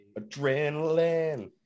Adrenaline